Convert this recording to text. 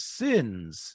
sins